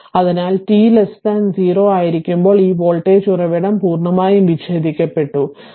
അതിനാൽ t 0 ആയിരിക്കുമ്പോൾ ഈ വോൾട്ടേജ് ഉറവിടം പൂർണ്ണമായും വിച്ഛേദിക്കപ്പെട്ടു അല്ലേ